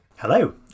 Hello